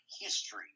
history